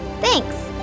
thanks